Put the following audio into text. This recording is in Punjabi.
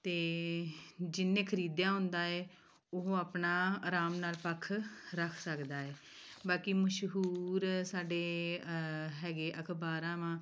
ਅਤੇ ਜਿਹਨੇ ਖ਼ਰੀਦਿਆ ਹੁੰਦਾ ਹੈ ਉਹ ਆਪਣਾ ਆਰਾਮ ਨਾਲ ਪੱਖ ਰੱਖ ਸਕਦਾ ਹੈ ਬਾਕੀ ਮਸ਼ਹੂਰ ਸਾਡੇ ਹੈਗੇ ਅਖ਼ਬਾਰਾਂ ਵਾਂ